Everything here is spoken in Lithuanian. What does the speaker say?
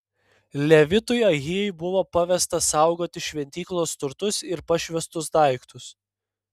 levitui ahijai buvo pavesta saugoti šventyklos turtus ir pašvęstus daiktus